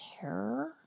terror